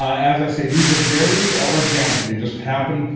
as i say, these are very organic. they just happen.